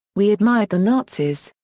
we admired the nazis.